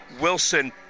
Wilson